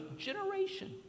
generation